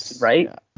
Right